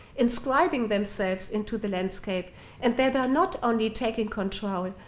inscribing themselves into the landscape and thereby not only taking control,